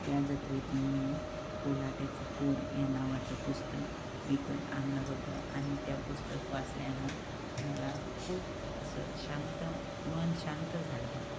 त्या जत्रेतून मी कोल्हाट्याचं पोर या नावाचं पुस्तक विकत आणलं होतं आणि त्या पुस्तक वाचल्यानं मला खूप असं शांत मन शांत झालं होतं